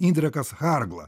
indrechas hargla